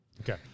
Okay